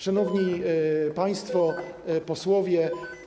Szanowni Państwo Posłowie!